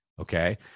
Okay